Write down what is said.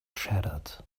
shattered